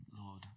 Lord